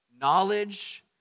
Knowledge